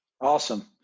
Awesome